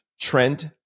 Trent